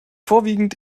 vorwiegend